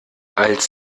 als